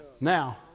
Now